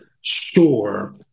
sure